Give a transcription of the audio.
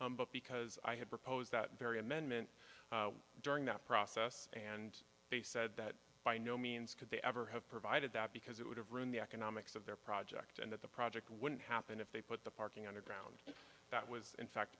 itself but because i had proposed that very amendment during that process and they said that by no means could they ever have provided that because it would have ruined the economics of their project and that the project wouldn't happen if they put the parking underground that was in fact